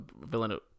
villain